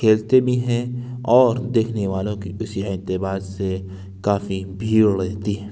کھیلتے بھی ہیں اور دیکھنے والوں کے کسی اعتبار سے کافی بھیڑ رہتی ہے